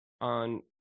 on